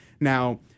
Now